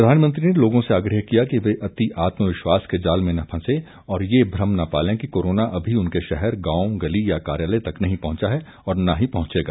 प्रधानमंत्री ने लोगों से आग्रह किया कि वे अति आत्म विश्वास के जाल में न फंसें और यह भ्रम न पालें कि कोरोना अभी उनके शहर गांव गली या कार्यालय तक नहीं पहुंचा है और न ही पहुंचेगा